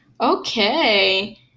Okay